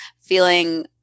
feeling